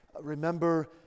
Remember